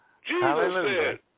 Hallelujah